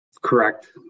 Correct